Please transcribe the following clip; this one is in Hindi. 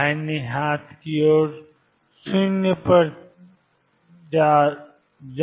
दाहिने हाथ की ओर 0 पर जा रहा है